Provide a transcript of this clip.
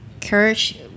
courage